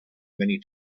many